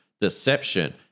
deception